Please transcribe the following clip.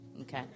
okay